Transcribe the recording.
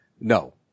No